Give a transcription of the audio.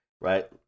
right